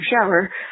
shower